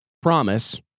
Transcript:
promise